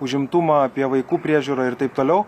užimtumą apie vaikų priežiūrą ir taip toliau